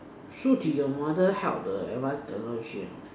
so did your mother help the advance level three a not